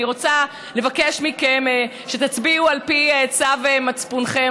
אני רוצה לבקש מכם שתצביעו על פי צו מצפונכם.